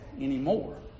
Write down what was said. anymore